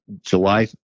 July